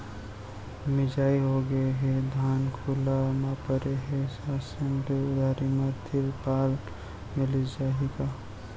मिंजाई होगे हे, धान खुला म परे हे, शासन ले उधारी म तिरपाल मिलिस जाही का?